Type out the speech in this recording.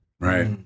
right